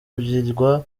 birwa